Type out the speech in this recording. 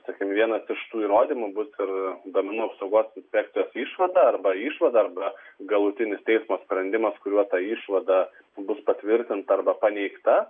sakykim vienas iš tų įrodymų bus ir duomenų apsaugos inspekcijos išvada arba išvada arba galutinis teismo sprendimas kuriuo ta išvada bus patvirtinta arba paneigta